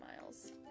miles